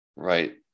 right